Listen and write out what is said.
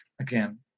again